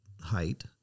height